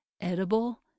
edible